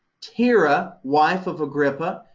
tira, wife of agrippa,